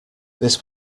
this